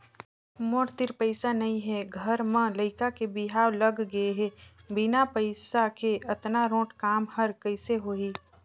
मोर तीर पइसा नइ हे घर म लइका के बिहाव लग गे हे बिना पइसा के अतना रोंट काम हर कइसे होही